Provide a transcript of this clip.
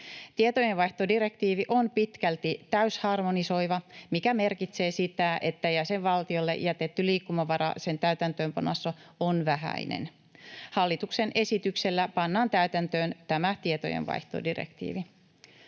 Tietojenvaihtodirektiivi on pitkälti täysharmonisoiva, mikä merkitsee sitä, että jäsenvaltiolle jätetty liikkumavara sen täytäntöönpanossa on vähäinen. Hallituksen esityksellä pannaan täytäntöön tämä tietojenvaihtodirektiivi.